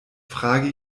frage